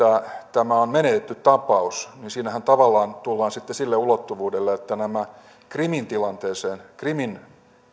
tämä on menetetty tapaus niin siinähän tavallaan tullaan sitten sille ulottuvuudelle että nämä krimin tilanteesta krimin